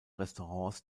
restaurants